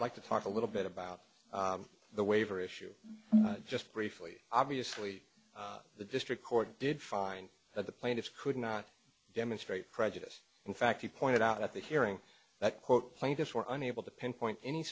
i'd like to talk a little bit about the waiver issue just briefly obviously the district court did find that the plaintiffs could not demonstrate prejudice in fact he pointed out at the hearing that quote plaintiffs were unable to pinpoint any